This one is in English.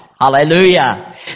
Hallelujah